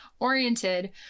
oriented